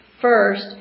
first